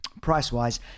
Price-wise